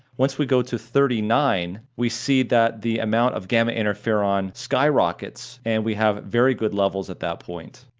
once we go to thirty nine, we see that the amount of gamma interferon skyrockets, and we have very good levels at that point.